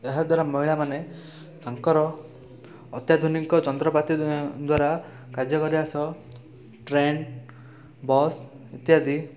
ଏହାଦ୍ୱାରା ମହିଳାମାନେ ତାଙ୍କର ଅତ୍ୟାଧୁନିକ ଯନ୍ତ୍ରପାତି ଦ୍ୱାରା କାର୍ଯ୍ୟ କରିବା ସହ ଟ୍ରେନ୍ ବସ୍ ଇତ୍ୟାଦି